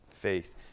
Faith